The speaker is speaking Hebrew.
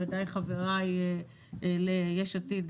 ודאי חבריי ליש עתיד,